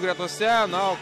gretose na o